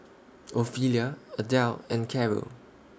Ophelia Adelle and Carrol